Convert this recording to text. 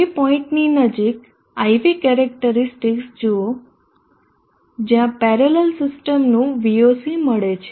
એ પોઈન્ટની નજીક IV characteristics જુઓ જ્યાં પેરેલલ સિસ્ટમનું Voc મળે છે